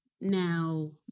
now